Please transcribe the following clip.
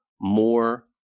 more